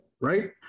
right